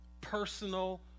personal